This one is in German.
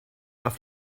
auf